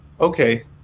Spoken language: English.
okay